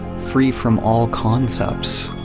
free from all concepts